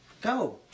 Go